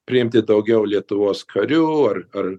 priimti daugiau lietuvos karių ar ar